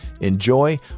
enjoy